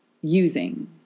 using